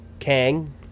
Kang